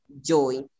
joy